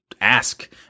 ask